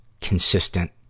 consistent